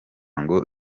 ngo